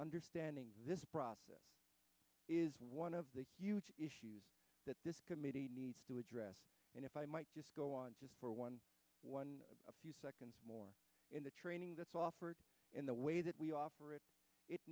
understanding this process is one of the issues that this committee needs to address and if i might go on just for one one a few seconds more in the training that's offered in the way that we operate it